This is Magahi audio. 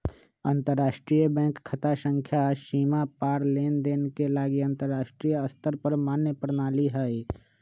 अंतरराष्ट्रीय बैंक खता संख्या सीमा पार लेनदेन के लागी अंतरराष्ट्रीय स्तर पर मान्य प्रणाली हइ